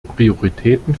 prioritäten